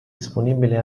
disponibile